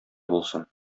булсын